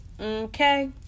Okay